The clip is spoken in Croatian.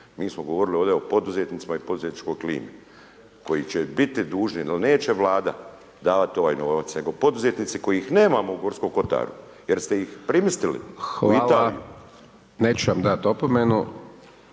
Mi smo govorili ovdje o poduzetnicima i poduzetničkoj klimi koji će biti dužni, neće Vlada davati ovaj novac, nego poduzetnici kojih nemamo u Gorskom kotaru jer ste ih primistili…/Upadica: Hvala/…u Italiju.